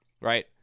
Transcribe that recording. right